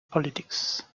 politics